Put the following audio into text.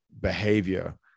behavior